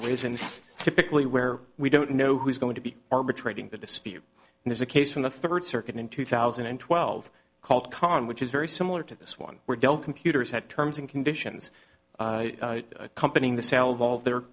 arisen typically where we don't know who is going to be arbitrating the dispute there's a case from the third circuit in two thousand and twelve called con which is very similar to this one where dell computers had terms and conditions company in the sale of all their